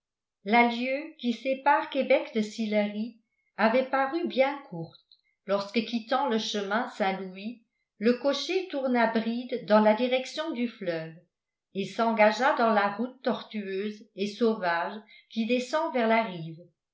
la lieue qui sépare québec de sillery avait paru bien courte lorsque quittant le chemin saint-louis le cocher tourna bride dans la direction du fleuve et s'engagea dans la route tortueuse et sauvage qui descend vers la rive